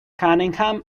cunningham